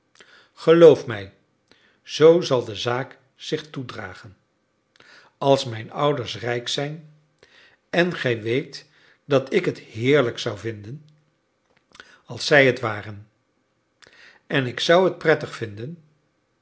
geloof mij zoo zal de zaak zich toedragen als mijn ouders rijk zijn en gij weet dat ik het heerlijk zou vinden als zij het waren en ik zou het prettig vinden